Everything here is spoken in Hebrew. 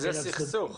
זה סכסוך.